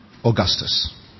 Augustus